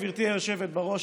גברתי היושבת בראש,